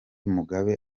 mugabe